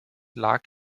lag